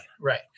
right